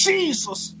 Jesus